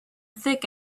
thick